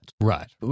right